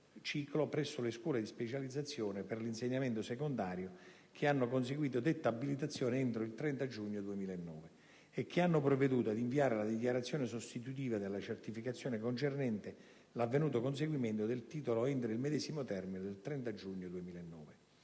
presso le scuole di specializzazione per l'insegnamento secondario, che hanno conseguito detta abilitazione entro il 30 giugno 2009 e che hanno provveduto ad inviare la dichiarazione sostitutiva della certificazione concernente l'avvenuto conseguimento del titolo entro il medesimo termine del 30 giugno 2009.